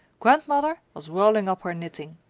grandmother was rolling up her knitting.